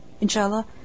Inshallah